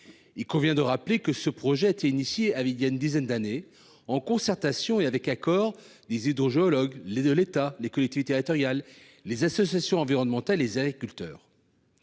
Il convient de rappeler que ce projet a été lancé voilà une dizaine d'années, après concertation, avec l'accord des hydrogéologues, de l'État, des collectivités territoriales, des associations environnementales et des agriculteurs.